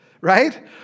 right